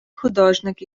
художник